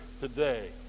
today